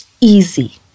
easy